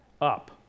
up